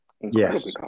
Yes